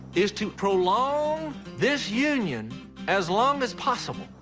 is to prolong this union as long as possible.